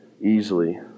easily